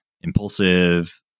impulsive